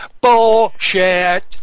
Bullshit